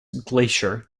glacier